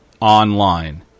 Online